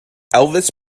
elvis